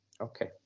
Okay